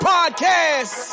Podcast